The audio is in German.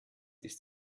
ist